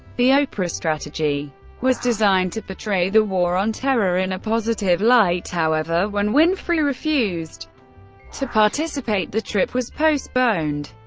the oprah strategy was designed to portray the war on terror in a positive light, however, when winfrey refused to participate, the trip was postponed.